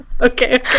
okay